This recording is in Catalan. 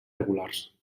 regulars